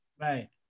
Right